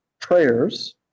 prayers